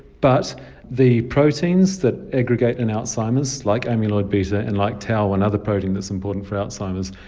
but the proteins that aggregate in alzheimer's, like amyloid beta and like tau, another protein that's important for alzheimer's,